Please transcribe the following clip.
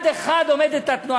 אני הייתי.